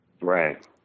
Right